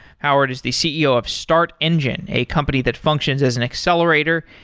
howard is the ceo of startengine, a company that functions as an accelerator,